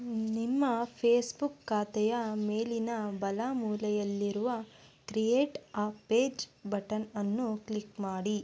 ನಿಮ್ಮ Facebook ಖಾತೆಯ ಮೇಲಿನ ಬಲ ಮೂಲೆಯಲ್ಲಿರುವ ಕ್ರಿಯೇಟ್ ಅ ಪೇಜ್ ಬಟನ್ ಅನ್ನು ಕ್ಲಿಕ್ ಮಾಡಿ